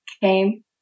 came